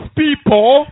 people